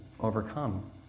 overcome